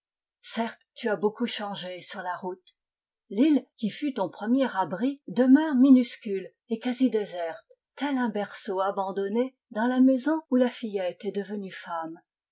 certes tu as beaucoup changé sur la route l'île qui fut ton premier abri demeure minuscule et quasi déserte tel un berceau abandonné dans la maison où la fillette est devenue femme